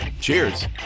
Cheers